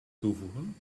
toevoegen